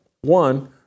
One